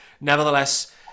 nevertheless